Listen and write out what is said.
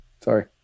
Sorry